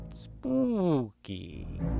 spooky